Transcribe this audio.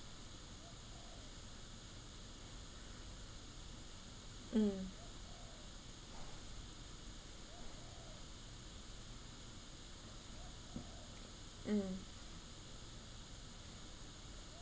mm mm